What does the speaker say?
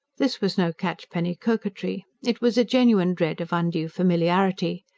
this was no catchpenny coquetry it was a genuine dread of undue familiarity.